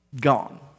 Gone